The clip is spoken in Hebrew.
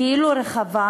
כאילו רחבה,